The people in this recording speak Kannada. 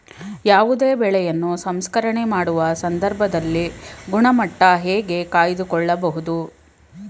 ಯಾವುದೇ ಬೆಳೆಯನ್ನು ಸಂಸ್ಕರಣೆ ಮಾಡುವ ಸಂದರ್ಭದಲ್ಲಿ ಗುಣಮಟ್ಟ ಹೇಗೆ ಕಾಯ್ದು ಕೊಳ್ಳಬಹುದು?